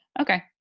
Okay